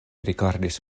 rigardis